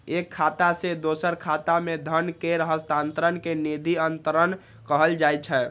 एक खाता सं दोसर खाता मे धन केर हस्तांतरण कें निधि अंतरण कहल जाइ छै